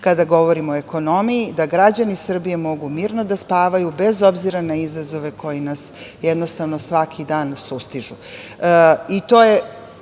kada govorimo o ekonomiji, da građani Srbije mogu mirno da spavaju bez obzira na izazove koji nas jednostavno svaki dan sustižu.